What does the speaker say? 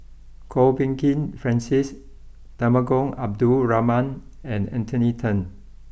Kwok Peng Kin Francis Temenggong Abdul Rahman and Anthony then